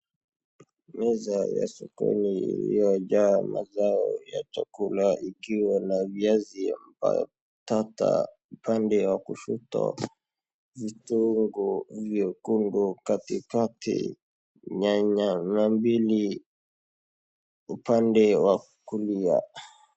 Meza ya sokoni iliyojaa mazao ya chakula, ikiwa na viazi mbatata upande wa kushoto, vitunguu vyekundu katikati, nyanya mbili upande wa kulia.